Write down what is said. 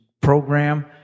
program